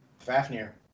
Fafnir